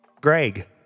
Greg